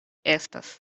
estas